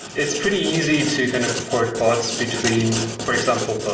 it's pretty easy to kind of port bots between, for example, but